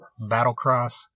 Battlecross